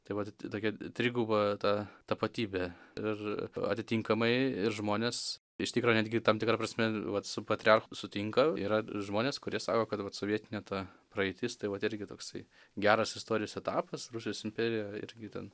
tai vat tokia triguba ta tapatybė ir atitinkamai ir žmonės iš tikro netgi tam tikra prasme vat su patriarchu sutinka yra žmonės kurie sako kad vat sovietine ta praeitis tai vat irgi toksai geras istorijos etapas rusijos imperijoj irgi ten